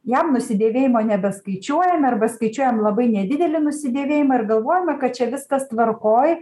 jam nusidėvėjimo nebeskaičiuojame arba skaičiuojam labai nedidelį nusidėvėjimą ir galvojome kad čia viskas tvarkoj